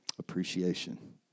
appreciation